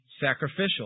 sacrificial